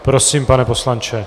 Prosím, pane poslanče.